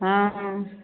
हँ हँ